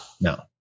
No